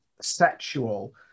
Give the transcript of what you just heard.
sexual